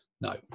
No